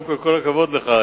כל הכבוד לך,